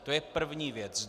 To je první věc.